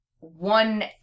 one